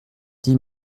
dix